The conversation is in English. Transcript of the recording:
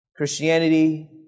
Christianity